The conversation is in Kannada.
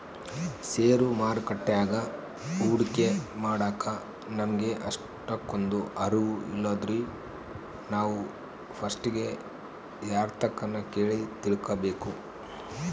ಷೇರು ಮಾರುಕಟ್ಯಾಗ ಹೂಡಿಕೆ ಮಾಡಾಕ ನಮಿಗೆ ಅಷ್ಟಕೊಂದು ಅರುವು ಇಲ್ಲಿದ್ರ ನಾವು ಪಸ್ಟಿಗೆ ಯಾರ್ತಕನ ಕೇಳಿ ತಿಳ್ಕಬಕು